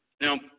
Now